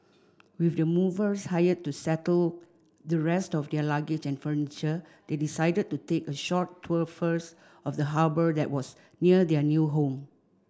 with the movers hired to settle the rest of their luggage and furniture they decided to take a short tour first of the harbour that was near their new home